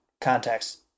context